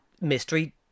mystery